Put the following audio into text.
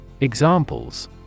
Examples